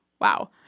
Wow